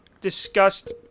discussed